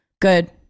good